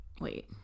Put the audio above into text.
Wait